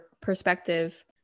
perspective